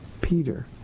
Peter